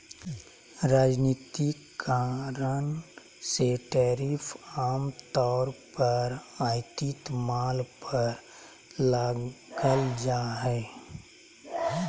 राजनीतिक कारण से टैरिफ आम तौर पर आयातित माल पर लगाल जा हइ